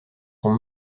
sont